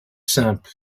simple